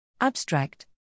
Abstract